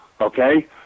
okay